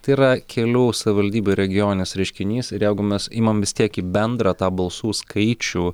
tai yra kelių savivaldybių regioninis reiškinys ir jeigu mes imam vis tiek į bendrą tą balsų skaičių